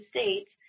States